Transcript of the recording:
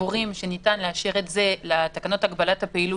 סבורים שניתן להשאיר את זה לתקנות הגבלות הפעילות